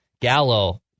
Gallo